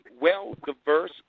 well-diverse